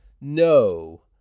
no